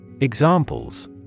Examples